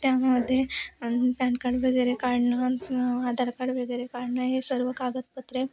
त्यामध्ये pan card वगैरे काढणं आधार काड वगैरे काढणं हे सर्व कागदपत्रे